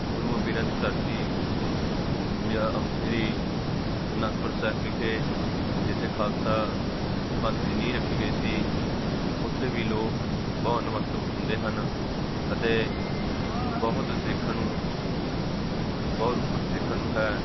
ਗੁਰੂਆਂ ਪੀਰਾਂ ਦੀ ਧਰਤੀ ਯਾ ਸ਼੍ਰੀ ਅਨੰਦਪੁਰ ਸਾਹਿਬ ਵਿਖੇ ਜਿੱਥੇ ਖਾਲਸਾ ਪੰਥ ਦੀ ਨੀਂਹ ਰੱਖੀ ਗਈ ਸੀ ਉੱਥੇ ਵੀ ਲੋਕ ਬਹੁਤ ਨਮਸਤਕ ਹੁੰਦੇ ਹਨ ਅਤੇ ਬਹੁਤ ਦੇਖਣ ਨੂੰ ਬਹੁਤ ਕੁਛ ਦੇਖਣ ਨੂੰ ਹੈ